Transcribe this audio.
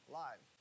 live